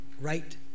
right